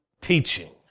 teaching